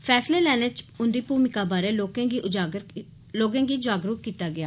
फैसले लैने च उंदी भूमका बारे लोकें गी जागरूक कीता गेआ